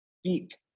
speak